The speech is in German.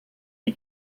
die